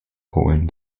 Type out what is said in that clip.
polen